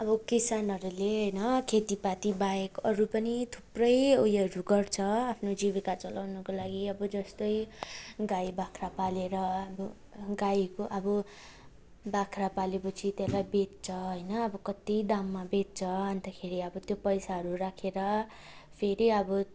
अब किसानहरूले होइन खेतीपाती बाहेक अरू पनि थुप्रै उयोहरू गर्छ आफ्नो जीविका चलाउनको लागि अब जस्तै गाई बाख्रा पालेर अब गाईको अब बाख्रा पालेपछि त्यसलाई बेच्छ होइन अब कत्ति दाममा बेच्छ अन्तखेरि अब त्यो पैसाहरू राखेर फेरि अब